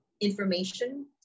information